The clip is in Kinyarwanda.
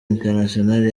international